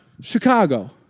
Chicago